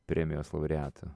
premijos laureatų